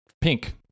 pink